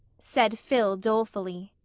said phil dolefully.